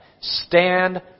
Stand